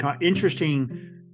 interesting